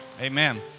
Amen